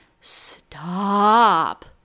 Stop